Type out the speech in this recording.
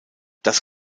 das